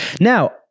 Now